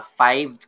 five